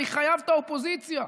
אני חייב את האופוזיציה.